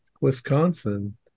Wisconsin